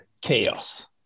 chaos